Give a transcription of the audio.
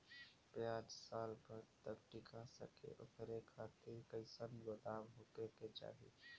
प्याज साल भर तक टीका सके ओकरे खातीर कइसन गोदाम होके के चाही?